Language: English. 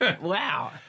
Wow